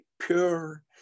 pure